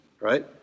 Right